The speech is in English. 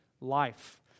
life